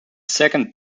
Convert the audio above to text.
second